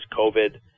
COVID